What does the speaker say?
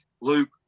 Luke